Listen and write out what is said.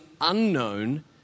unknown